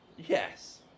yes